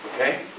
Okay